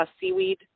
seaweed